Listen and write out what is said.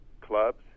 clubs